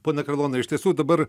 pone karlonai iš tiesų dabar